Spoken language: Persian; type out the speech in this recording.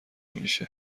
میشه